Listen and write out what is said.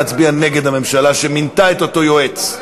להצביע נגד הממשלה שמינתה את אותו יועץ.